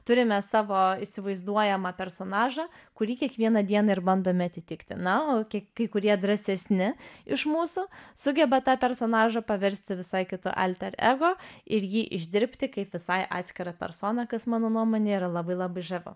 turime savo įsivaizduojamą personažą kurį kiekvieną dieną ir bandome atitikti na o kiek kai kurie drąsesni iš mūsų sugeba tą personažą paversti visai kitu alter ego ir jį išdirbti kaip visai atskirą personą kas mano nuomone yra labai labai žavu